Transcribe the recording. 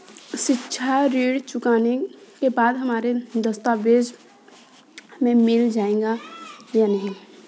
शिक्षा ऋण चुकाने के बाद हमारे दस्तावेज हमें मिल जाएंगे या नहीं?